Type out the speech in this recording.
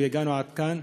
והגענו עד כאן.